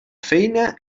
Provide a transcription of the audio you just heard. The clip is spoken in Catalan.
feina